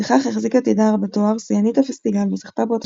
בכך החזיקה תדהר בתואר "שיאנית הפסטיגל" וזכתה באותה